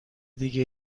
دیگه